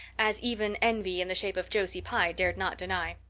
as even envy, in the shape of josie pye, dared not deny.